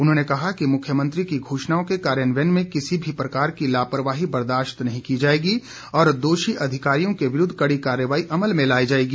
उन्होंने कहा कि मुख्यमंत्री की घोषणाओं के कार्यान्वयन में किसी भी प्रकार की लापरवाही बर्दाश्त नहीं की जाएगी और दोषी अधिकारियों के विरुद्ध कड़ी कार्रवाई अमल में लाई जाएगी